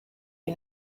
you